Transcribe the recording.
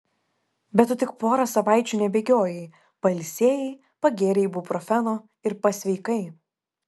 bet tu tik porą savaičių nebėgiojai pailsėjai pagėrei ibuprofeno ir pasveikai